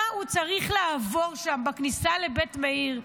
מה הוא צריך לעבור שם בכניסה לבית מאיר,